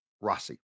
rossi